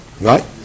Right